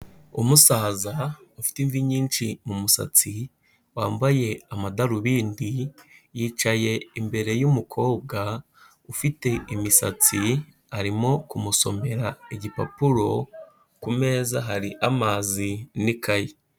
Umusaza ufite imvi nyinshi mu musatsi, wambaye amadarubindi, yicaye imbere y'umukobwa ufite imisatsi, arimo kumusomera igipapuro, ku meza hari amazi n'ikaye.